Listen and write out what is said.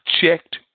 checked